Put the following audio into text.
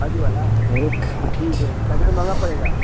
काजू वाला ठीक है काजू वाला महंगा पड़ेगा